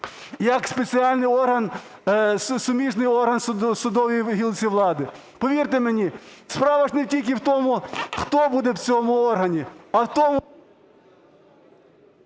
як спеціальний орган, суміжний орган в судовій гілці влади. Повірте мені, справа не тільки в тому, хто буде в цьому органі, а в тому…